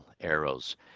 arrows